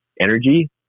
energy